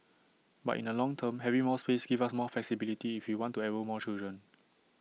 but in the long term having more space gives us more flexibility if you want to enrol more children